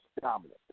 dominant